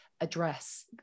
address